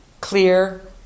clear